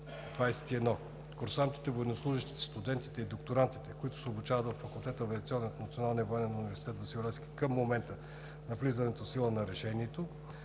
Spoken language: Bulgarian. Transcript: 21. Курсантите, военнослужещите, студентите и докторантите, които се обучават във факултет „Авиационен“ на Националния военен университет „Васил Левски“ към момента на влизането в сила на решението,